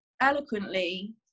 eloquently